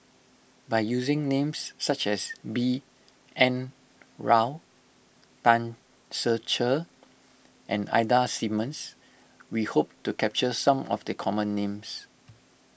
by using names such as B N Rao Tan Ser Cher and Ida Simmons we hope to capture some of the common names